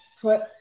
put